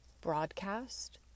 broadcast